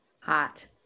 hot